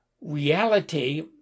reality